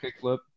Kickflip